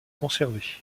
conservée